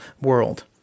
world